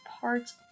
parts